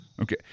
Okay